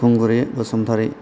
Khunguri Basumatary